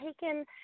taken